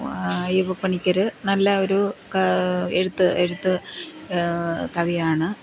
അയ്യപ്പ പണിക്കർ നല്ല ഒരു ക എഴുത്ത് എഴുത്ത് കവിയാണ്